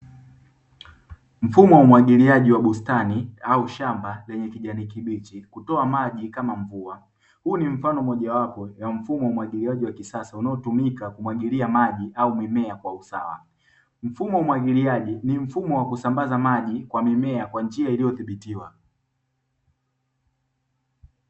Mfumo wa umwagiliaji wa bustani au shamba lenye kijani kibichi hutoa maji kama mvua. Huu ni mfano mojawapo wa mfumo wa umwagiliaji wa kisasa unaotumika kumwagilia maji au mimea kwa usawa. Mfumo wa umwagiliaji ni mfumo wa kusambaza maji kwa mimea kwa njia iliyodhibitiwa.